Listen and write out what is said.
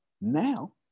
Now